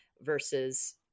versus